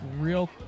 Real